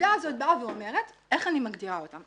הפקודה הזאת באה ואומרת איך אני מגדירה אותם.